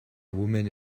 woman